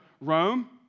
Rome